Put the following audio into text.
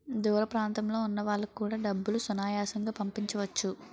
దూర ప్రాంతంలో ఉన్న వాళ్లకు కూడా డబ్బులు సునాయాసంగా పంపించవచ్చు